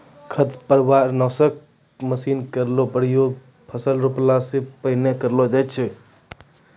खरपतवार नासक मसीन केरो प्रयोग फसल रोपला सें पहिने करलो जाय छै